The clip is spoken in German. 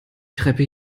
treppe